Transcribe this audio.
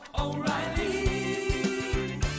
O'Reilly